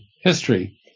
history